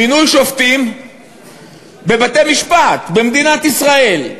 מינוי שופטים בבתי-משפט במדינת ישראל,